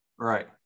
Right